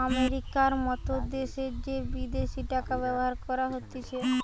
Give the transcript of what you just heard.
আমেরিকার মত দ্যাশে যে বিদেশি টাকা ব্যবহার করা হতিছে